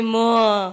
more